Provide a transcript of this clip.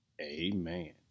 amen